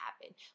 happen